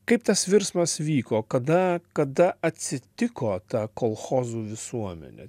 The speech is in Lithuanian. kaip tas virsmas vyko kada kada atsitiko ta kolchozų visuomenė